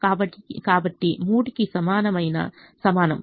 కాబట్టి 3 కి సమానం